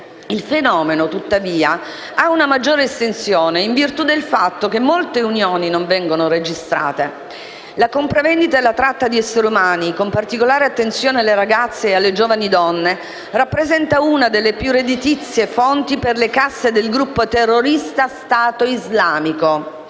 Il fenomeno, tuttavia, ha una maggiore estensione, in virtù del fatto che molte unioni non vengono registrate; la compravendita e la tratta di esseri umani, con particolare attenzione alle ragazze e alle giovani donne, rappresenta una delle più redditizie fonti per le casse del gruppo terrorista Stato Islamico.